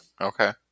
Okay